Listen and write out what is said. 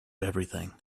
everything